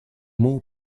mots